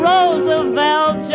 Roosevelt